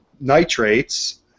nitrates